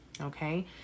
okay